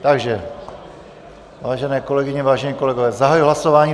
Takže vážené kolegyně, vážení kolegové, zahajuji hlasování.